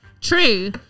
true